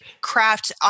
craft